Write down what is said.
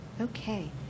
Okay